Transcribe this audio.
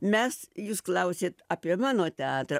mes jūs klausėt apie mano teatrą